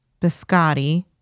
biscotti